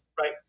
right